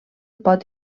pot